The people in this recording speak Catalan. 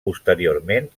posteriorment